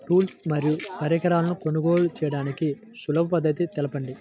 Tools మరియు పరికరాలను కొనుగోలు చేయడానికి సులభ పద్దతి తెలపండి?